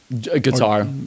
Guitar